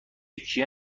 کیه